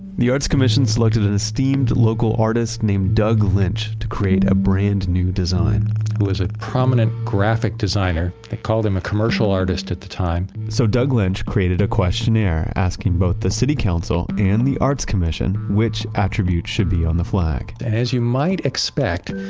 the arts commissions looked at an esteemed local artist named doug lynch to create a brand new design he was a prominent graphic designer. they called him a commercial artist at the time so doug lynch created a questionnaire, asking both the city council and the arts commission which attributes should be on the flag as you might expect,